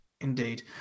Indeed